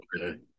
Okay